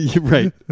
Right